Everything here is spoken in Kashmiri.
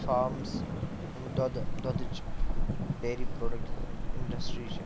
فارمٕس یِم دۄدٕ دۄدٕچ ڈیری پُروڈَکٹس سٕنٛد اِنڈَسٹِری چھِ